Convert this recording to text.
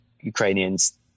Ukrainians